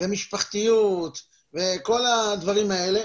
ומשפחתיות וכל הדברים האלה,